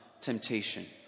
temptation